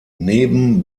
neben